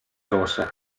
rosse